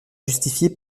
justifiée